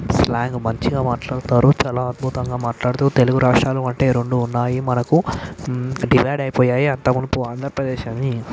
slang మంచిగా మాట్లాడతారు చాలా అద్భుతంగా మాటలాడుతూ తెలుగు రాష్ట్రాల అంటే రెండు ఉన్నాయి మనకు డివైడ్ అయిపోయాయి అంతకుమునుపు ఆంధ్రప్రదేశ్ అని